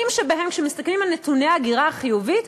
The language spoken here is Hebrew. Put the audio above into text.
כשמסתכלים על נתוני ההגירה החיובית,